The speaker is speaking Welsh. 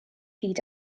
hyd